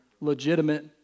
legitimate